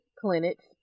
clinics